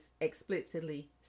explicitly